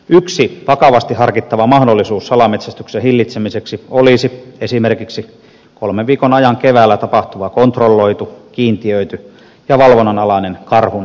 yksi vakavasti harkittava mahdollisuus salametsästyksen hillitsemiseksi olisi esimerkiksi kolmen viikon ajan keväällä tapahtuva kontrolloitu kiintiöity ja valvonnanalainen karhun kevätpyynti